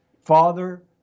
father